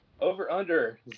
Over-under